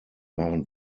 waren